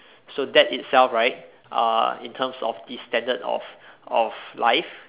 so that itself right uh in terms of the standard of of life